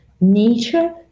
nature